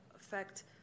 affect